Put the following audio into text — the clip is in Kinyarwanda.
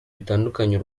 bitandukanye